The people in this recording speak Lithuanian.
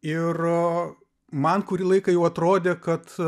ir man kurį laiką jau atrodė kad